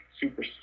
super